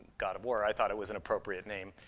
god of war. i thought it was an appropriate name.